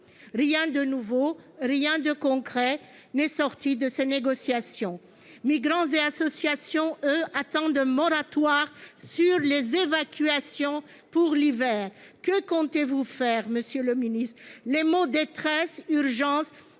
rien de nouveau, rien de concret n'est sorti de ces négociations. Migrants et associations, eux, attendent un moratoire sur les évacuations pour l'hiver. Que comptez-vous faire, monsieur le ministre de l'intérieur ?